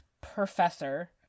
professor